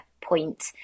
point